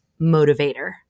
motivator